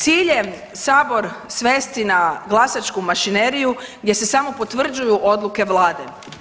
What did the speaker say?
Cilj je sabor svesti na glasačku mašineriju gdje se samo potvrđuju odluke vlade.